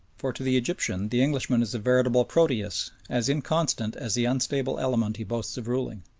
for to the egyptian the englishman is a veritable proteus, as inconstant as the unstable element he boasts of ruling.